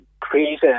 create